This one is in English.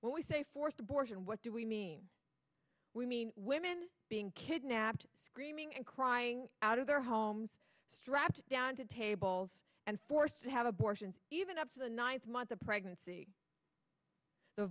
when we say forced abortion what do we mean we mean women being kidnapped screaming and crying out of their homes strapped down to tables and forced to have abortions even up to the ninth month of pregnancy the